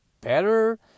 better